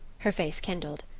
her face kindled.